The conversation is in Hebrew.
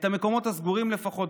את המקומות הסגורים לפחות,